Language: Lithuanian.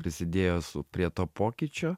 prisidėjo su prie to pokyčio